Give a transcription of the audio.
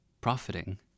Profiting